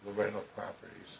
the rental properties